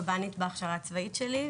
קב"נית בהכשרה הצבאית שלי,